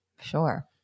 sure